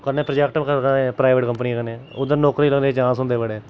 कन्नै प्रोजेक्ट करगा private company कन्नै उद्धर नौकरी लग्गने दे चांस होंदे न बड़े